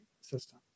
system